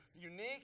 Unique